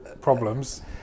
problems